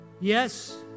yes